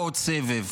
לא עוד סבב.